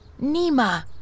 Nima